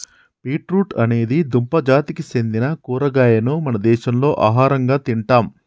beet root అనేది దుంప జాతికి సెందిన కూరగాయను మన దేశంలో ఆహరంగా తింటాం